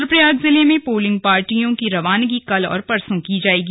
रुद्रप्रयाग जिले में पोलिंग पार्टियों की रवानगी कल और परसों की जाएगी